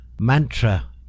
mantra